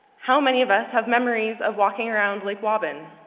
how many of us have memories of walking around lake waban,